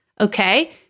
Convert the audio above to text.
Okay